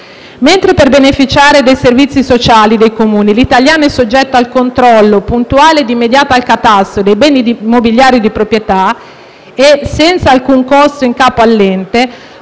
Mentre per beneficiare dei servizi sociali dei Comuni l'italiano è soggetto al controllo puntuale e immediato al catasto dei beni immobiliari di proprietà e senza alcun costo in capo all'ente,